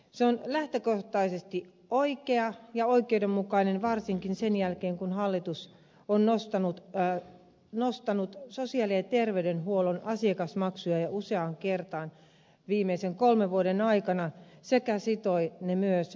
se on lähtökohtaisesti oikea ja oikeudenmukainen varsinkin sen jälkeen kun hallitus on nostanut sosiaali ja terveydenhuollon asiakasmaksuja jo useaan kertaan viimeisen kolmen vuoden aikana sekä sitonut ne myös indeksiin